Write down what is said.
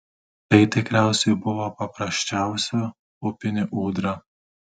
tai tikriausiai buvo paprasčiausia upinė ūdra